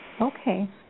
Okay